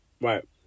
Right